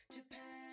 Japan